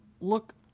Look